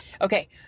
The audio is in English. Okay